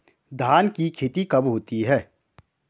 धान की खेती कब होती है?